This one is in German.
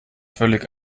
völlig